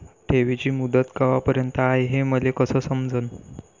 ठेवीची मुदत कवापर्यंत हाय हे मले कस समजन?